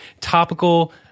Topical